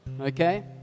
okay